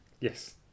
Yes